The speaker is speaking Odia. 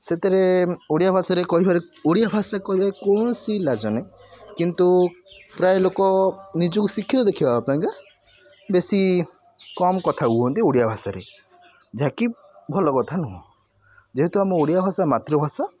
ସେତିରେ ଓଡ଼ିଆ ଭାଷାରେ କହିବାରେ ଓଡ଼ିଆ ଭାଷା କହିବାରେ କୌଣସି ଲାଜ ନାହିଁ କିନ୍ତୁ ପ୍ରାୟ ଲୋକ ନିଜୁକୁ ଶିକ୍ଷିତ ଦେଖେଇବା ପାଇଁ କା ବେଶୀ କମ୍ କଥା ହୁଅନ୍ତି ଓଡ଼ିଆ ଭାଷାରେ ଯାହାକି ଭଲ କଥା ନୁହଁ ଯେହେତୁ ଆମ ଓଡ଼ିଆ ଭାଷା ମାତୃଭାଷା